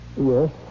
Yes